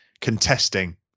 contesting